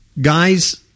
Guys